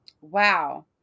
Wow